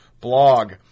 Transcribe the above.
blog